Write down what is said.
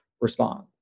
respond